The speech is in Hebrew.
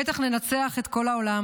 בטח ננצח את כל העולם.